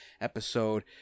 episode